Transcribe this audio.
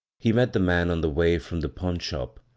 he met the man on the way from the pawnshop,